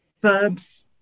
verbs